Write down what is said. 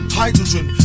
hydrogen